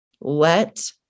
let